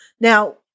Now